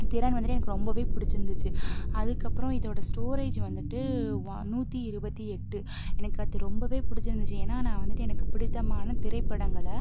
திறன் வந்துட்டு எனக்கு ரொம்பவே பிடிச்சிருந்துச்சி அதுக்கப்புறம் இதோடய ஸ்டோரேஜ் வந்துட்டு ஒன் நூற்றி இருபத்தி எட்டு எனக்கு அது ரொம்பவே பிடிச்சிருந்துச்சி ஏன்னால் நான் வந்துட்டு எனக்கு பிடித்தமான திரைப்படங்களை